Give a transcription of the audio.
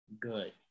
good